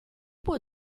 può